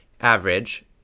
average